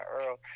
earl